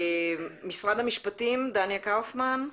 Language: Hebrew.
משרד המשפטים דניה קאופמן?